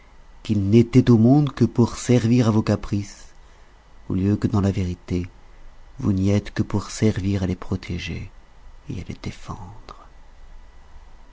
qu'ils n'étaient au monde que pour servir à vos caprices au lieu que dans la vérité vous n'y êtes que pour servir à les protéger et à les défendre